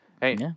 hey